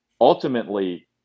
ultimately